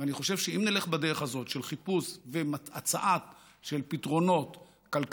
אני חושב שאם נלך בדרך הזאת של חיפוש והצעה של פתרונות כלכליים,